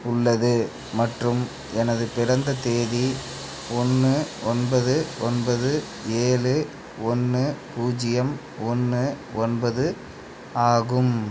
உள்ளது மற்றும் எனது பிறந்த தேதி ஒன்று ஒன்பது ஒன்பது ஏழு ஒன்று பூஜ்ஜியம் ஒன்று ஒன்பது ஆகும்